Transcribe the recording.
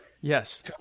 Yes